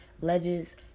ledges